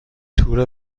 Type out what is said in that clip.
تور